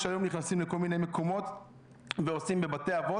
שתי נקודות מאוד חשובות שאנחנו מאוד מוטרדים מהן בתקופה הזאת